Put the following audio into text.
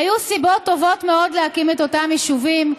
היו סיבות טובות מאוד להקים את אותם יישובים,